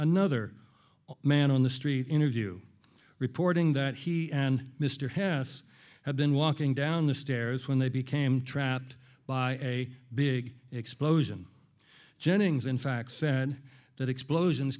another man on the street interview reporting that he and mr hess had been walking down the stairs when they became trapped by a big explosion jennings in fact said that explosions